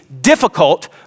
difficult